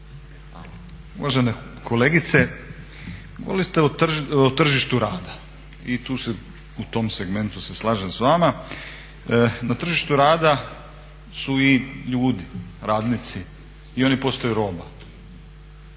Uvažena kolegice, govorili ste o tržištu rada i u tom segmentu se slažem s vama. Na tržištu rada su i ljudi, radnici i oni postaju roba.